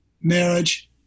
marriage